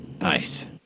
Nice